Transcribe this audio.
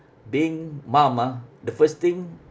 being mum ah the first thing